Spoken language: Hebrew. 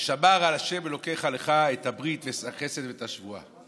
ושמר ה' אלהיך לך את הברית ואת החסד ואת השבועה"